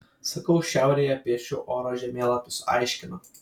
sakau šiaurėje piešiu oro žemėlapius aiškinu